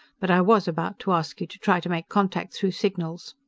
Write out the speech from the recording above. but i was about to ask you to try to make contact through signals.